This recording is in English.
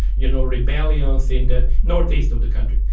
you know, rebellions in the northeast of the country.